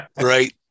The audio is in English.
right